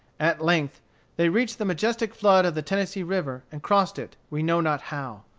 at length they reached the majestic flood of the tennessee river, and crossed it, we know not how.